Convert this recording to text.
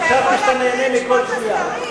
חשבתי שאתה נהנה מכל שנייה.